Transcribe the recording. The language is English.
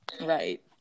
right